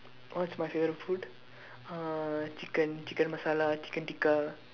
what's my favourite food uh chicken chicken masala chicken tikka